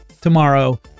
tomorrow